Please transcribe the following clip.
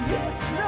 Yes